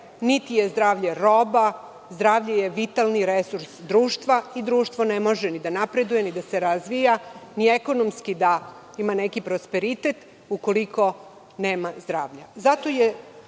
niti je zdravlje roba. Zdravlje je vitalni resurs društva i društvo ne može ni da napreduje, ni da se razvija, ni ekonomski da ima neki prosperitet ukoliko nema zdravlja.